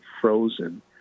frozen